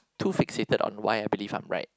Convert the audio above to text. too fixated on why I believe I'm right